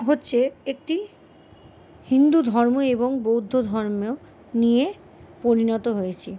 হচ্ছে একটি হিন্দু ধর্ম এবং বৌদ্ধ ধর্ম নিয়ে পরিণত হয়েছে